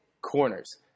Corners